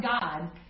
God